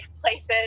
places